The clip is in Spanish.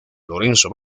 lorenzo